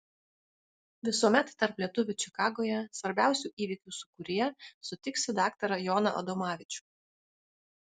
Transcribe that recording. visuomet tarp lietuvių čikagoje svarbiausių įvykių sūkuryje sutiksi daktarą joną adomavičių